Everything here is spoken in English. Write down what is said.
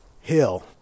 Hill